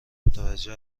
متوجه